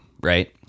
Right